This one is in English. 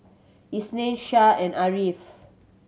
Isnin Shah and Ariff